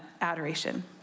adoration